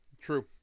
true